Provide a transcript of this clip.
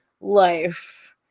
life